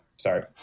Sorry